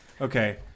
Okay